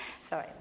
Sorry